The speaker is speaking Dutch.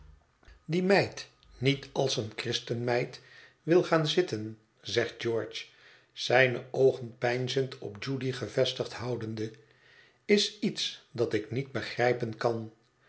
die meid niet als eene christenmeid wil gaan zitten zegt george zijne oogen peinzend op judy gevestigd houdende is iets dat ik niet begrijpen kan